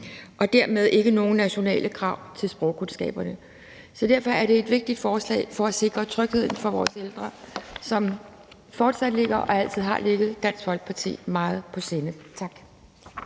dermed ikke nogen nationale krav til deres sprogkundskaber. Derfor er det et vigtigt forslag for at sikre trygheden for vores ældre, som altid har ligget og fortsat ligger Dansk Folkeparti meget på sinde. Tak